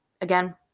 Again